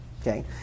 Okay